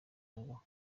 ngo